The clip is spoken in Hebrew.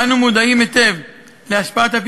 אנו פועלים באופן אינטנסיבי במישור המודיעיני